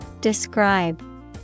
Describe